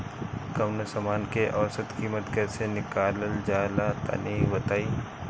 कवनो समान के औसत कीमत कैसे निकालल जा ला तनी बताई?